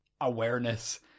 awareness